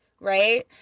Right